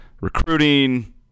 recruiting